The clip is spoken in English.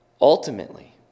Ultimately